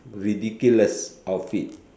ridiculous outfit